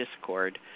discord